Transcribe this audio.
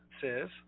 says